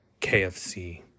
KFC